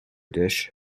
dish